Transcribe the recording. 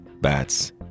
bats